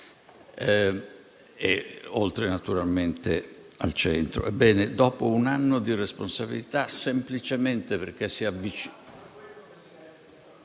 oltre, naturalmente, al centro - dopo un anno di responsabilità, semplicemente perché si avvicina...